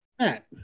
Matt